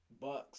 Bucks